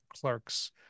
Clerks